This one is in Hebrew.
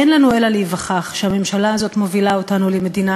אין לנו אלא להיווכח שהממשלה הזאת מובילה אותנו למדינה